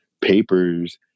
papers